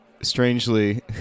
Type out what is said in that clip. strangely